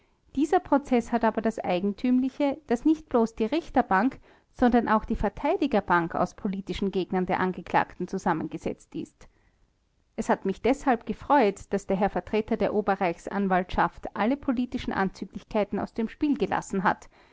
dieser prozeß hat aber das eigentümliche daß nicht bloß die richterbank sondern auch die verteidigerbank aus politischen gegnern der angeklagten zusammengesetzt ist es hat mich deshalb gefreut daß der herr vertreter der oberreichsanwaltschaft alle politischen anzüglichkeiten aus dem spiel gelassen hat